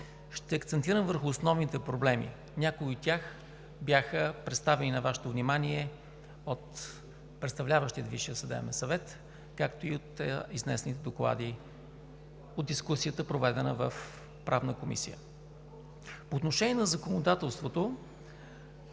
Ще акцентирам върху основните проблеми. Някои от тях бяха представени на Вашето внимание от представляващия Висшия съдебен съвет, както и от изнесените доклади от дискусията, проведена в Правната комисия. По отношение на законодателството